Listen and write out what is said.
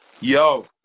yo